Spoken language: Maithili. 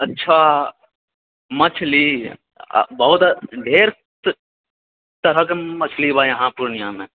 अच्छा मछली आ बहुत ढेर तरहक मछली बा इहाँ पूर्णियामे